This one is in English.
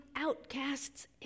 outcast's